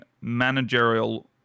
managerial